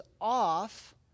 off